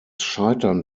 scheitern